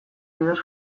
bidez